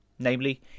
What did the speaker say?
Namely